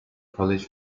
college